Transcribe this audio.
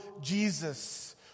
Jesus